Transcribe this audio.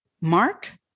Mark